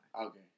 Okay